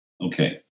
Okay